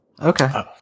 Okay